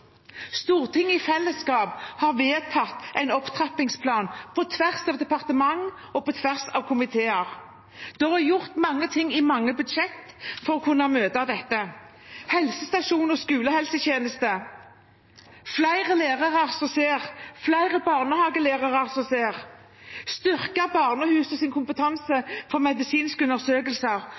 Stortinget har i fellesskap vedtatt en opptrappingsplan på tvers av departement og på tvers av komiteer. Det er gjort mange ting i mange budsjetter for å kunne møte dette: helsestasjoner og skolehelsetjeneste, flere lærere som ser, flere barnehagelærere som ser, å styrke barnehusenes kompetanse innen medisinske undersøkelser